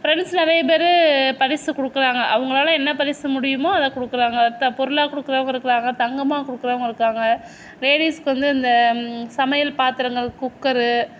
friends நிறைய பேர் பரிசு கொடுக்குறாங்க அவுங்களால் என்ன பரிசு முடியுமோ அதை கொடுக்குறாங்க இப்போ பொருளாக கொடுக்குறவங்க இருக்கிறாங்க தங்கமாக கொடுக்குறவங்க இருக்காங்க லேடிஸ்க்கு வந்து இந்த சமையல் பாத்திரங்கள் குக்கரு